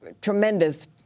tremendous